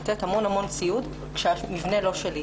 לתת המון ציוד כשהמבנה לא שלי.